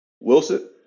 Wilson